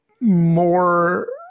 more